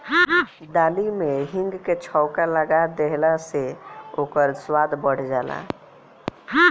दाली में हिंग के छौंका लगा देहला से ओकर स्वाद बढ़ जाला